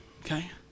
okay